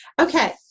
okay